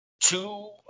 Two